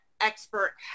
expert